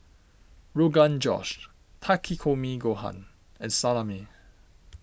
Rogan Josh Takikomi Gohan and Salami